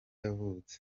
yavutse